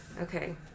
okay